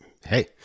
hey